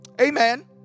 Amen